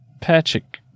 Patrick